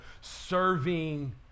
serving